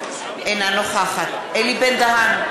אינה נוכחת אלי בן-דהן,